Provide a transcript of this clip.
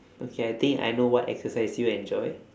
okay I think I know what exercise you enjoy